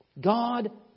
God